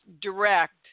direct